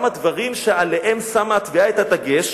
גם הדברים שעליהם שמה התביעה את הדגש,